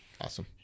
awesome